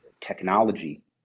technology